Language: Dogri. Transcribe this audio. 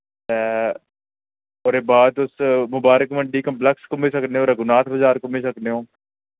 ते ओह्दे बाद तुस मुबारक मंडी कम्प्लैक्स घुम्मी सकने ओ रघुनाथ बजार घुम्मी सकने ओ